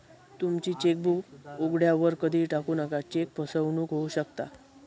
तुमची चेकबुक उघड्यावर कधीही टाकू नका, चेक फसवणूक होऊ शकता